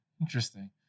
interesting